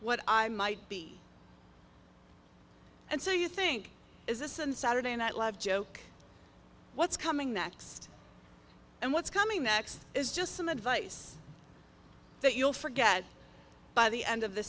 what i might be and so you think is this and saturday night live joke what's coming next and what's coming next is just some advice that you'll forget by the end of the